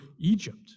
Egypt